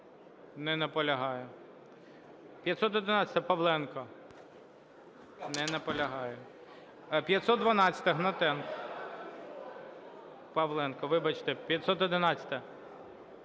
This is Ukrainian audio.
Не наполягає. 511-а, Павленко. Не наполягає. 512-а, Гнатенко. Павленко, вибачте, 511-а.